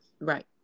Right